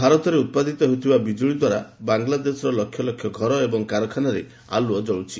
ଭାରତରେ ଉତ୍ପାଦିତ ହେଉଥିବା ବିଜୁଳି ଦ୍ୱାରା ବାଂଲାଦେଶର ଲକ୍ଷଲକ୍ଷ ଘର ଏବଂ କାରଖାନାରେ ଆଲୁଅ ଜଳୁଛି